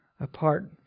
apart